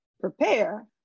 prepare